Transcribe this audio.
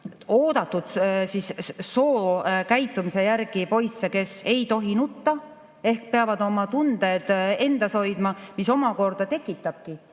oodatud sookäitumise järgi poisse, kes ei tohi nutta ehk peavad oma tunded endas hoidma, mis omakorda tekitabki